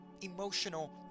emotional